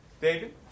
David